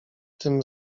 tym